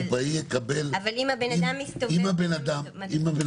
אבל אם הבן-אדם מסתובב --- אם הבן-אדם